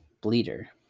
Bleeder